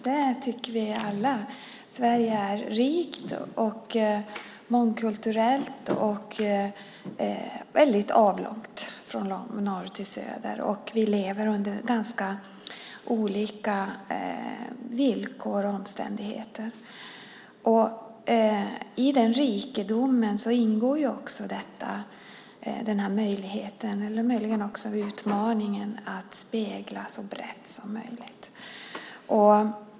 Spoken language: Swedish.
Det tycker vi alla. Sverige är rikt, mångkulturellt och väldigt avlångt, från norr till söder. Vi lever under ganska olika villkor och omständigheter. I den rikedomen ingår också möjligheten, och möjligen också utmaningen, att spegla så brett som möjligt.